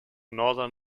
northern